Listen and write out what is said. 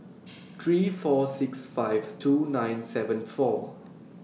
three four six five two nine seven four